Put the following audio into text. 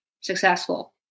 successful